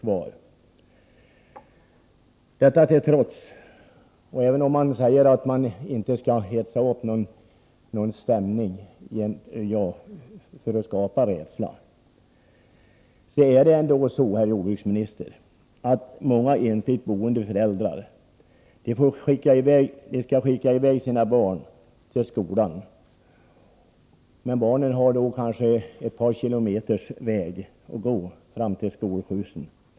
Men detta till trots och även om man inte bör hetsa fram en stämning som skapar rädsla, så är det så, herr jordbruksminister, att i många enskilt boende familjer måste föräldrarna skicka ut barnen att gå kanske ett par kilometer när de skall fram till skolskjutsen.